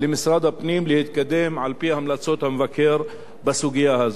למשרד הפנים להתקדם על-פי המלצות המבקר בסוגיה הזו.